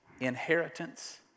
inheritance